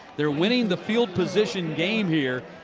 they're winning the field position game here.